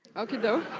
okey-doke.